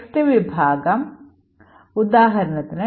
text വിഭാഗം ഉദാഹരണത്തിന്